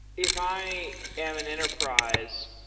if i am an enterprise,